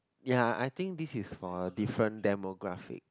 ya I think this is for different demographic